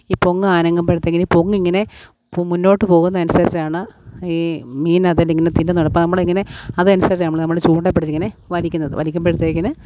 ഈ പൊങ്ങാനങ്ങുമ്പോഴത്തേക്കിന് ഈ പൊങ്ങിങ്ങനെ മുന്നോട്ടു പോകുന്നതിനനുസരിച്ചാണ് ഈ മീനതേലിങ്ങനെ തിന്നുന്നത് അപ്പം നമ്മളിങ്ങനെ അതനുസരിച്ച് നമ്മൾ നമ്മുടെ ചൂണ്ട പിടിച്ചിങ്ങനെ വലിക്കുന്നത് വലിക്കുമ്പോഴത്തേക്കിന്